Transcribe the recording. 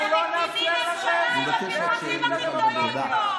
אתם מקימים ממשלה עם הפרחחים הכי גדולים פה.